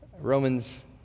Romans